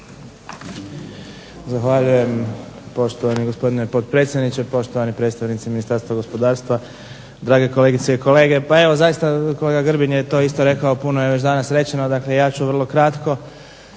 Zahvaljujem poštovani gospodine potpredsjedniče. Poštovani predstavnici Ministarstva gospodarstva, drage kolegice i kolege. Pa evo zaista je kolega Grbin je to isto rekao, puno je još danas rečeno dakle ja ću vrlo kratko.